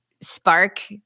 spark